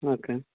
okay